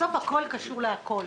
בסוף הכול קשור לכול.